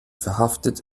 verhaftet